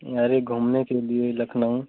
अरे घूमने के लिए लखनऊ